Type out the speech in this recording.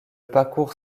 parcours